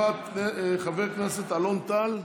חבר הכנסת אלון טל.